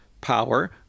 power